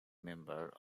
member